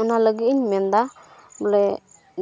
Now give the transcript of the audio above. ᱚᱱᱟ ᱞᱟᱹᱜᱤᱫ ᱤᱧ ᱢᱮᱱᱫᱟ ᱵᱚᱞᱮ